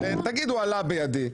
תגידו: עלה בידי,